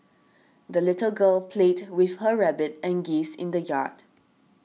the little girl played with her rabbit and geese in the yard